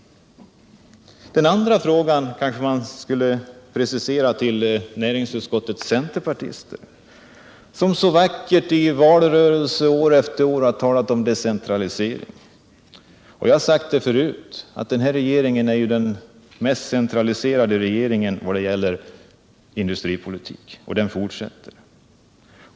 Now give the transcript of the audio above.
Jag vill också rikta en fråga till näringsutskottets centerpartister, som i valrörelserna år efter år så vackert talat om decentralisering. Jag har sagt det förut och vill upprepa det nu, att den här regeringen är den mest centraliserade regeringen vad gäller industripolitik.